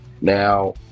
Now